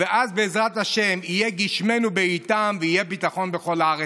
ואז בעזרת השם יהיו גשמינו בעיתם ויהיה ביטחון בכל הארץ.